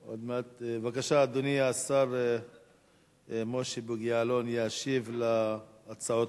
בבקשה, אדוני השר משה בוגי יעלון ישיב על ההצעות